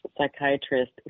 psychiatrist